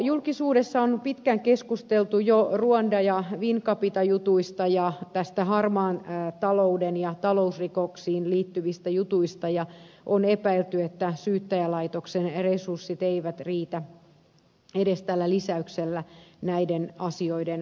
julkisuudessa on pitkään keskusteltu jo ruanda ja wincapita jutuista ja harmaaseen talouteen ja talousrikoksiin liittyvistä jutuista ja on epäilty että syyttäjälaitoksen resurssit eivät riitä edes tällä lisäyksellä näiden asioiden konkreettiseen hoitoon